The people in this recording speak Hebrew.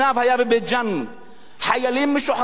היה בבית-ג'ן: חיילים משוחררים,